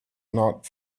not